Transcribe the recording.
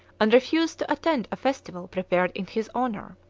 and refused to attend a festival prepared in his honour.